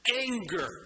anger